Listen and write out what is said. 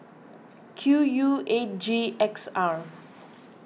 Q U eight G X R